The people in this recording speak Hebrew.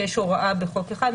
שיש הוראה בחוק אחד,